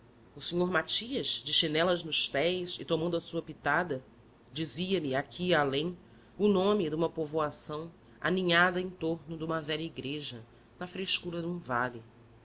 o senhor matias de chinelas nos pés e tomando a sua pitada dizia-me aqui e além o nome de uma povoação aninhada em torno de uma velha igreja na frescura de um vale